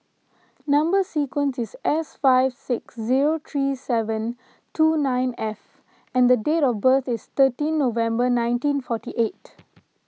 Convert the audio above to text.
Number Sequence is S five six zero three seven two nine F and date of birth is thirteen November nineteen forty eight